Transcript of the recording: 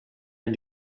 and